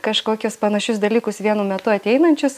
kažkokius panašius dalykus vienu metu ateinančius